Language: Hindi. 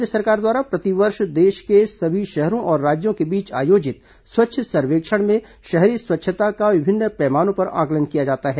केन्द्र सरकार द्वारा प्रतिवर्ष देश के सभी शहरों और राज्यों के बीच आयोजित स्वच्छ सर्वेक्षण में शहरी स्वच्छता का विभिन्न पैमानों पर आंकलन किया जाता है